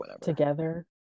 together